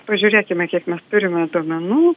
pažiūrėkime kiek mes turime duomenų